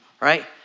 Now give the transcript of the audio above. Right